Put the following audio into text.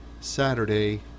Saturday